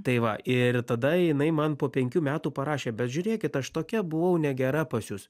tai va ir tada jinai man po penkių metų parašė bet žiūrėkit aš tokia buvau negera pas jus